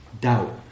doubt